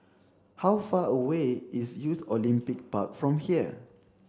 how far away is Youth Olympic Park from here